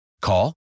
Call